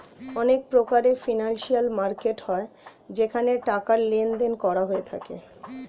অনেক প্রকারের financial market হয় যেখানে টাকার লেনদেন করা হয়ে থাকে